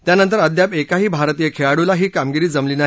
त्यानंतर अद्याप एकाही भारतीय खेळाडूला ही कामगिरी जमली नाही